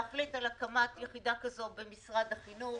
להחליט על הקמת יחידה כזו במשרד החינוך,